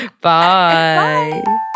Bye